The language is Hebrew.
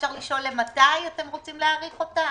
אפשר לשאול עד מתי אתם רוצים להאריך אותה?